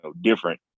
different